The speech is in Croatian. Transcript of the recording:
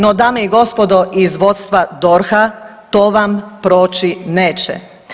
No dame i gospodo iz vodstva DORH-a to vam proći neće.